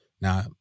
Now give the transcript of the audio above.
Now